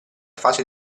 fase